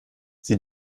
sie